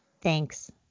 thanks